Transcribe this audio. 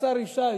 השר ישי,